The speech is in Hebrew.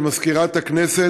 חברי הכנסת,